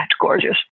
gorgeous